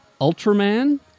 Ultraman